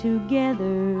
Together